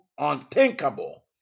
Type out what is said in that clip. unthinkable